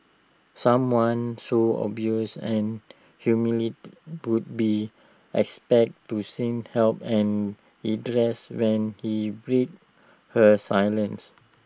someone so abused and humiliated would be expected to seek help and redress when he breaks her silence